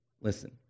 Listen